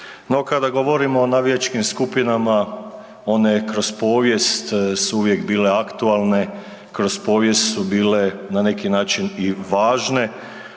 No kada govorimo o navijačkim skupinama one kroz povijest su uvijek bile aktualne, kroz povijest su bile na neki način i važne,